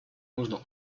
нужно